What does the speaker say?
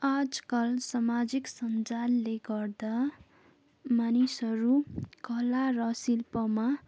आजकल सामाजिक सञ्जालले गर्दा मानिसहरू कला र शिल्पमा